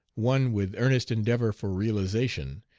one with earnest endeavor for realization,